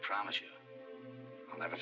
i promise you never